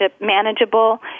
manageable